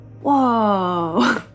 whoa